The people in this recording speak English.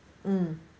mm